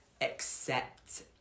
accept